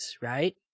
right